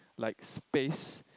like space